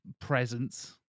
presence